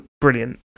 brilliant